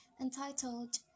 entitled